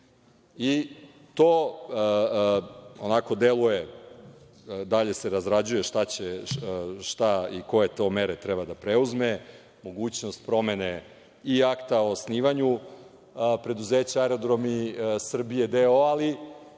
onako deluje, dalje se razrađuje šta i koje to mere treba da preuzme, mogućnost promene i akta o osnivanju preduzeća „Aerodromi Srbije“ d.o.o, ali